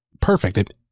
perfect